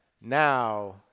Now